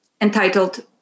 entitled